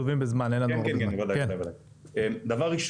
דבר ראשון לגבי הירידה במספר הסטארט-אפים,